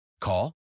Call